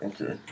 Okay